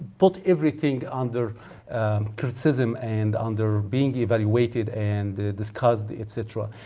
put everything under criticism and under being devaluated and discuss etc.